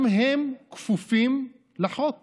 גם הם כפופים לחוק